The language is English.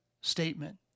statement